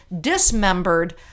dismembered